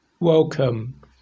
Welcome